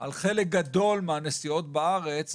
שעל חלק גדול מהנסיעות בארץ,